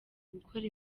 gukora